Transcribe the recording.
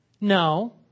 No